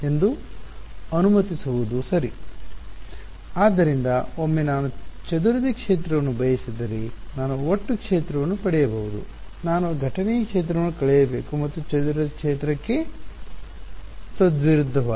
ಆದ್ದರಿಂದ ಒಮ್ಮೆ ನಾನು ಚದುರಿದ ಕ್ಷೇತ್ರವನ್ನು ಬಯಸಿದರೆ ನಾನು ಒಟ್ಟು ಕ್ಷೇತ್ರವನ್ನು ಪಡೆಯಬಹುದು ನಾನು ಘಟನೆಯ ಕ್ಷೇತ್ರವನ್ನು ಕಳೆಯಬೇಕು ಮತ್ತು ಚದುರಿದ ಕ್ಷೇತ್ರಕ್ಕೆ ತದ್ವಿರುದ್ದವಾಗಿ